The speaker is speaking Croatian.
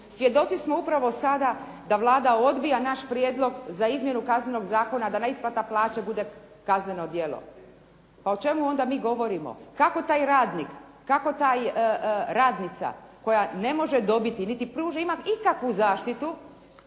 Svjedoci smo upravo sada da Vlada odbija naš prijedlog za izmjenu Kaznenog zakona, da neisplata plaće bude kazneno djelo. Pa o čemu onda mi govorimo? Kako taj radnik, kako ta radnica koja ne može dobiti, niti ima ikakvu zaštitu